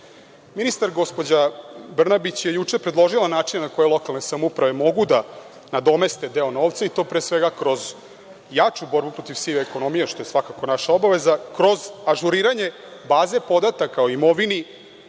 Ministar gospođa Brnabić je juče predložila način na koji lokalne samouprave mogu da nadomeste deo novca i to pre svega kroz jaču borbu protiv sive ekonomije, što je svakako naša obaveza, kroz ažuriranje baze podataka o imovini,